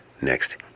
next